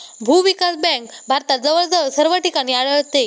भूविकास बँक भारतात जवळजवळ सर्व ठिकाणी आढळते